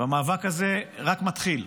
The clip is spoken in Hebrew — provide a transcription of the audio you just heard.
והמאבק הזה רק מתחיל.